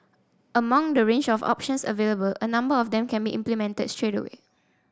among the range of options available a number of them can be implemented straight away